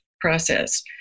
process